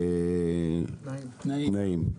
ותנאים.